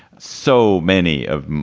so many of